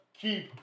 keep